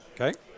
okay